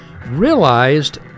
realized